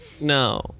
no